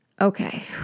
Okay